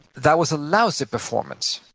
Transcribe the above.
that was a lousy performance,